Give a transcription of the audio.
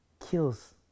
Kills